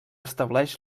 estableix